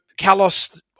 Kalos